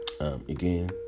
again